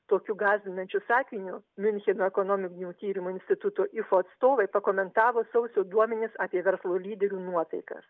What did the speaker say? tokiu gąsdinančiu sakiniu miuncheno ekonominių tyrimų instituto ifo atstovai pakomentavo sausio duomenis apie verslo lyderių nuotaikas